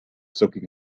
soaking